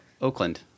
Oakland